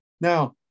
Now